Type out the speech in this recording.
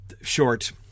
short